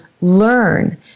learn